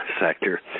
Sector